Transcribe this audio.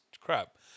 crap